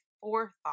forethought